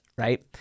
Right